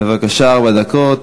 בבקשה, ארבע דקות.